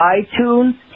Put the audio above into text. iTunes